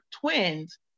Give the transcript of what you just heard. twins